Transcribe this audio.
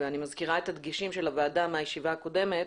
אני מזכירה את הדגשים של הוועדה מהישיבה הקודמת.